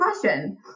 question